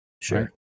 Sure